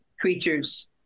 creatures